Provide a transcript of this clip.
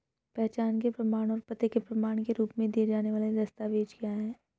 पहचान के प्रमाण और पते के प्रमाण के रूप में दिए जाने वाले दस्तावेज क्या हैं?